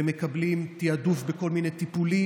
ומקבלים תיעדוף בכל מיני טיפולים.